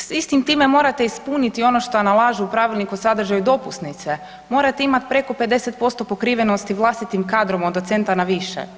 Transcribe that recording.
S istim time morate ispuniti ono što nalažu u pravilniku i sadržaju dopusnice, morate imati preko 50% pokrivenosti vlastitim kadrom od docenta na više.